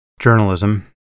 journalism